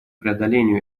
преодолению